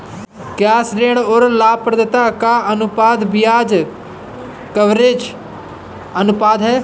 क्या ऋण और लाभप्रदाता का अनुपात ब्याज कवरेज अनुपात है?